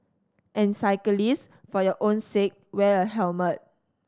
and cyclist for your own sake wear a helmet